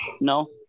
No